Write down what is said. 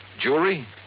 Jewelry